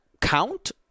count